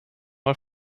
mal